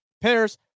pairs